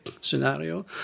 scenario